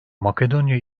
makedonya